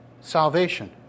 salvation